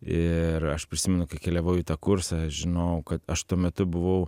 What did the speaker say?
ir aš prisimenu kai keliavau į tą kursą aš žinojau kad aš tuo metu buvau